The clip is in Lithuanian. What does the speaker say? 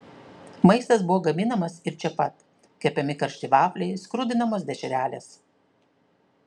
maistas buvo gaminamas ir čia pat kepami karšti vafliai skrudinamos dešrelės